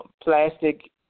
plastic